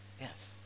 Yes